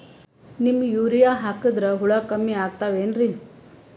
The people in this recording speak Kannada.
ನೀಮ್ ಯೂರಿಯ ಹಾಕದ್ರ ಹುಳ ಕಮ್ಮಿ ಆಗತಾವೇನರಿ?